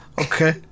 Okay